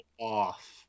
off